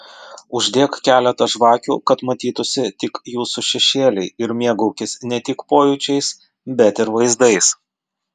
uždek keletą žvakių kad matytųsi tik jūsų šešėliai ir mėgaukis ne tik pojūčiais bet ir vaizdais